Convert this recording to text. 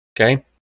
okay